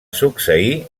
succeir